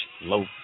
low